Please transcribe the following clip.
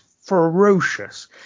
ferocious